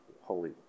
holy